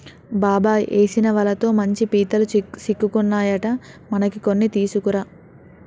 బాబాయ్ ఏసిన వలతో మంచి పీతలు సిక్కుకున్నాయట మనకి కొన్ని తీసుకురా